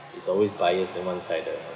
it's always biased and one-sided